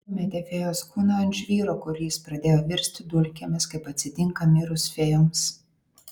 numetė fėjos kūną ant žvyro kur jis pradėjo virsti dulkėmis kaip atsitinka mirus fėjoms